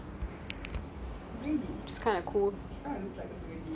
it's kind of cool